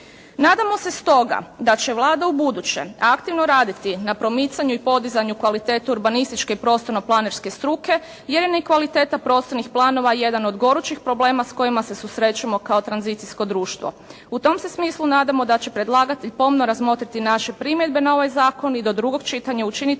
Nadamo se stoga da će Vlada u buduće aktivno raditi na promicanju i podizanju kvalitete urbanističke i prostorno-planerske struke, jer nam je i kvaliteta prostornih planova jedan od gorućih problema s kojima se susrećemo kao tranzicijsko društvo. U tom se smislu nadamo da će predlagatelj pomno razmotriti naše primjedbe na ovaj zakon i do drugog čitanja učiniti